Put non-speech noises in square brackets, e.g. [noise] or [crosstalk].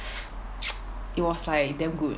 [noise] it was like damn good